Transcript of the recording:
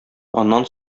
аннан